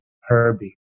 Herbie